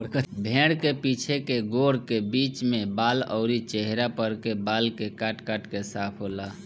भेड़ के पीछे के गोड़ के बीच में बाल अउरी चेहरा पर के बाल के काट काट के साफ होला